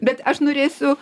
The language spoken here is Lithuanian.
bet aš norėsiu